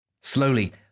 Slowly